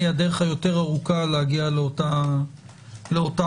זו הדרך היותר ארוכה להגיע לאותה מטרה.